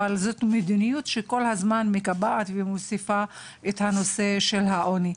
אבל היא נוגעת למדיניות שכל הזמן מקבעת ומעמיקה את נושא העוני.